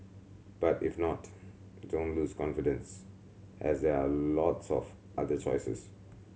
but if not don't lose confidence as there are lots of other choices